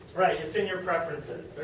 right. it is in your preferences